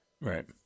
Right